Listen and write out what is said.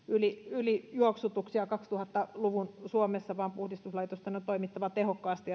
ylijuoksutuksia kaksituhatta luvun suomessa vaan puhdistuslaitosten on toimittava tehokkaasti